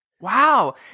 Wow